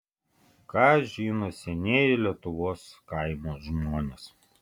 ką žino senieji lietuvos kaimo žmonės